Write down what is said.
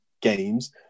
games